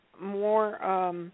more